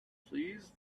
please